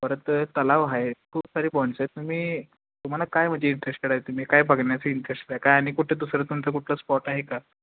परत तलाव आहे खूप सारे पॉईंटस आहेत तुम्ही तुम्हाला काय म्हणजे इंटरेस्टेड आहे तुम्ही काय बघण्यात इंटरेस्ट आहे आणि कुठं दुसरं तुमचं कुठलं स्पॉट आहे का